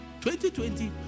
2020